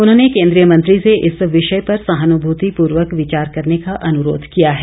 उन्होंने केन्द्रीय मंत्री से इस विषय पर सहानुभूतिपूर्वक विचार करने का अनुरोध किया है